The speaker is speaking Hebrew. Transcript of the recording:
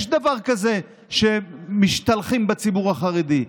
יש דבר כזה שמשתלחים בציבור החרדי,